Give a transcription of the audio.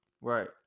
Right